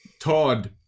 Todd